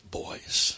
boys